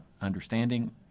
understanding